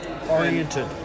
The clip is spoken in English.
Oriented